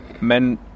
men